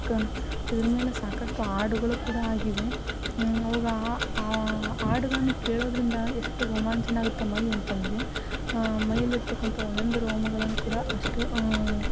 ಕ ಇದ್ರ ಮೇಲೆ ಸಾಕಷ್ಟು ಹಾಡುಗಳು ಕೂಡ ಆಗಿವೆ ಅವಾಗ ಆ ಹಾಡುಗಳನ್ನು ಕೇಳೋದರಿಂದ ಎಷ್ಟು ರೋಮಾಂಚನ ಆಗುತ್ತೆ ಮೈ ಅಂತಂದರೆ ಮೈಯಲ್ಲಿರತಕ್ಕಂಥ ಒಂದೊಂದು ರೋಮಗಳಲ್ಲಿ ಕೂಡ ಅಷ್ಟು